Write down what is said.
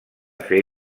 fer